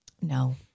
no